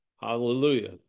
Hallelujah